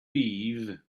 leave